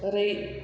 ओरै